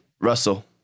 Russell